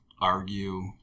argue